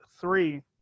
three